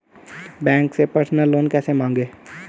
Bank से personal loan कैसे मांगें?